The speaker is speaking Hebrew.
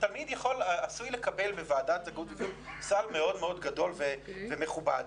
תלמיד עשוי לקבל בוועדת זכאות ואפיון סל מאוד גדול ומכובד,